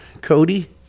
Cody